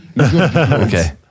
Okay